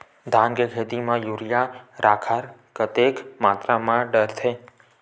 धान के खेती म यूरिया राखर कतेक मात्रा म डलथे?